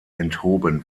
enthoben